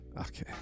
Okay